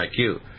IQ